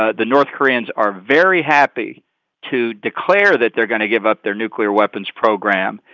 ah the north koreans are very happy to declare that they're going to give up their nuclear weapons program,